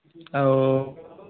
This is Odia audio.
ଆଉ